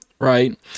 right